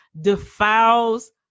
defiles